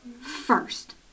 first